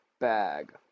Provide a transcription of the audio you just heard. bag